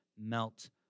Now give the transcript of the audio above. melt